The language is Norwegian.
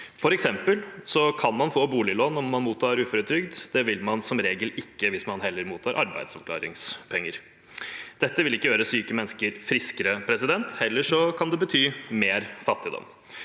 For eksempel kan man få boliglån om man mottar uføretrygd, og det vil man som regel ikke kunne hvis man heller mottar arbeidsavklaringspenger. Dette vil ikke gjøre syke mennesker friskere, det kan heller bety mer fattigdom.